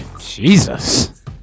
Jesus